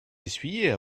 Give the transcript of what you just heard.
essuyer